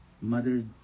mother